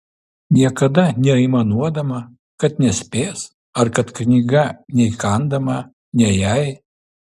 niekada neaimanuodama kad nespės ar kad knyga neįkandama ne jai